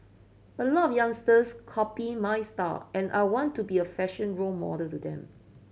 a lot of youngsters copy my style and I want to be a fashion role model to them